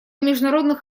международных